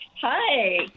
Hi